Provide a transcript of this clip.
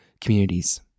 communities